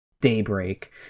daybreak